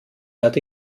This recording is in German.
erde